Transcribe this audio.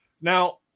Now